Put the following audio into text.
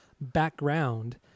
background